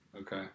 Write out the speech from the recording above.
Okay